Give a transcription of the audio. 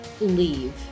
Leave